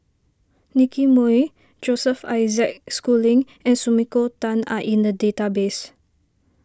Nicky Moey Joseph Isaac Schooling and Sumiko Tan are in the database